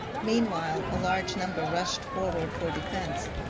meanwhile a large number rushed forward for defence,